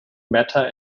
matter